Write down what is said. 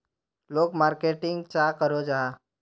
लोग मार्केटिंग चाँ करो जाहा?